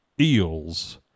eels